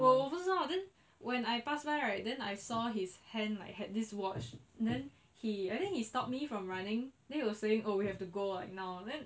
我不知道 then when I pass by right then I saw his hand like had this watch then he I think he stop me from running then he was saying oh we have to go like now